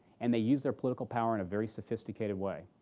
and they use their political power in a very sophisticated way.